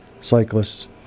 cyclists